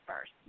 first